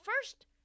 first